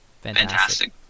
fantastic